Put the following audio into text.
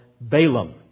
Balaam